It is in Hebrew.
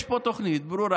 יש פה תוכנית ברורה,